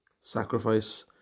Sacrifice